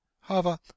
However